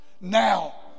Now